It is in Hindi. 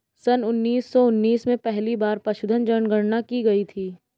सन उन्नीस सौ उन्नीस में पहली बार पशुधन जनगणना की गई थी